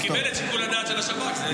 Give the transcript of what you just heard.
הוא קיבל את שיקול הדעת של השב"כ.